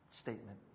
statement